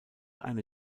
eine